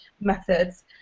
methods